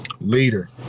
Leader